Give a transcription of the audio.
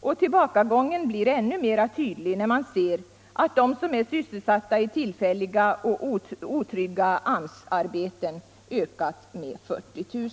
Och tillbakagången blir än mer tydlig, när man ser att de som är sysselsatta i tillfälliga och otrygga AMS-arbeten ökat med 40 000.